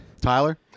Tyler